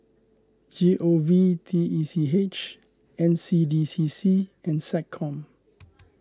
G O V T E C H N C D C C and SecCom